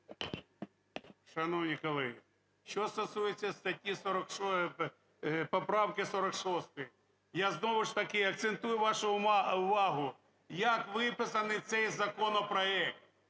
Шановні колеги, що стосується статті 46, поправки 46, я знову ж таки акцентую вашу увагу як виписаний цей законопроект,